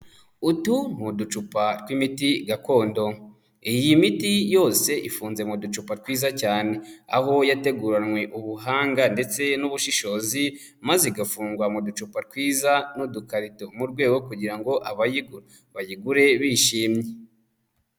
Utu ni ducupa tw'imiti gakondo, iyi miti yose ifunze mu ducupa twiza cyane aho yateguranywe ubuhanga ndetse n'ubushishozi maze igafungwa mu ducupa twiza n'udukarito mu rwego rwo kugira ngo abayigura bayigure bishimye.